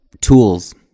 tools